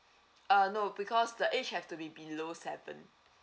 uh no because the age have to be below seven